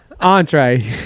Entree